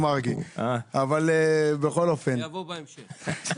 ועושה אצלך ישיבות, אז יישר כוח.